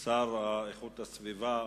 גדעון עזרא, השר להגנת הסביבה